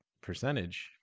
percentage